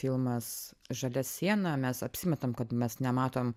filmas žalia siena mes apsimetam kad mes nematom